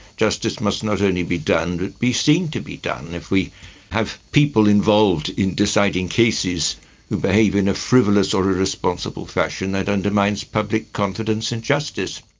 justice must not only be done but be seen to be done. if we have people involved in deciding cases who behave in a frivolous or irresponsible fashion, that undermines public confidence in justice.